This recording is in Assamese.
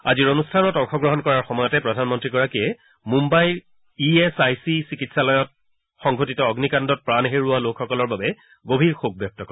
আজিৰ অনুষ্ঠানত অংশগ্ৰহণ কৰাৰ সময়তে প্ৰধানমন্ত্ৰীগৰাকীয়ে মুম্বাইৰ ই এছ আই চি চিকিৎসালয়ত সংঘটিত অগ্নিকাণ্ডত প্ৰাণ হেৰুওৱা লোকসকলৰ বাবে গভীৰ শোক ব্যক্ত কৰে